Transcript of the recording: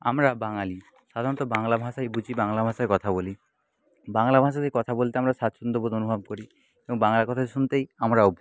আমরা বাঙালি সাধারণত বাংলা ভাষাই বুঝি বাংলা ভাষায় কথা বলি বাংলা ভাষাতেই কথা বলতে আমরা স্বাচ্ছন্দ্যবোধ অনুভব করি বাংলা কথা শুনতেই আমরা অভ্যস্ত